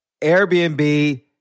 Airbnb